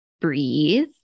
breathe